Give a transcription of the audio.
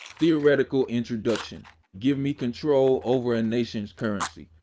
theoretical introduction give me control over a nation's currency,